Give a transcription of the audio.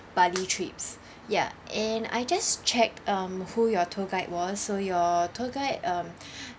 bali trips ya and I just check um who your tour guide was so your tour guide um